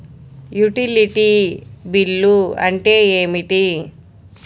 Utility bill అంటే ఏమిటి?